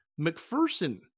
McPherson